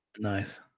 Nice